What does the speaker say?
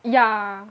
yeah